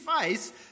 face